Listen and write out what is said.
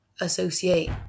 associate